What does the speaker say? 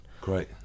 Great